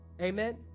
Amen